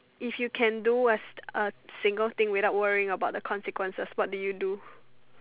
if you can do what's a single thing without worrying about the consequences what do you do